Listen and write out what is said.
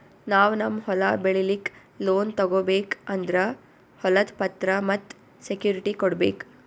ನಾವ್ ನಮ್ ಹೊಲ ಬೆಳಿಲಿಕ್ಕ್ ಲೋನ್ ತಗೋಬೇಕ್ ಅಂದ್ರ ಹೊಲದ್ ಪತ್ರ ಮತ್ತ್ ಸೆಕ್ಯೂರಿಟಿ ಕೊಡ್ಬೇಕ್